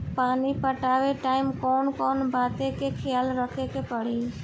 पानी पटावे टाइम कौन कौन बात के ख्याल रखे के पड़ी?